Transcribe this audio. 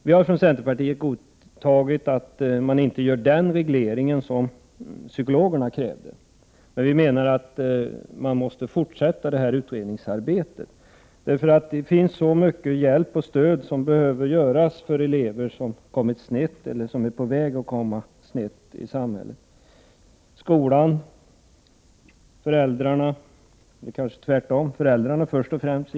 Vi har från centerpartiet godtagit att man inte gör den reglering som psykologerna kräver, men vi menar att man måste fortsätta utredningsarbetet — elever som kommit snett eller som är på väg att komma snett i samhället behöver så mycket hjälp och stöd.